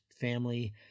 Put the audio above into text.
family